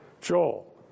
Joel